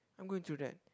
I'm going through that